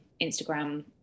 Instagram